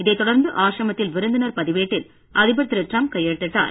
இதைத் தொடர்ந்து அசிரமத்தில் விருந்தினர் பதிவேட்டில் அதிபர் திரு டிரம்ப் கையெழுத்திட்டார்